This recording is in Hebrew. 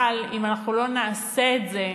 אבל אם אנחנו לא נעשה את זה,